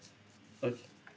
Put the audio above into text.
okay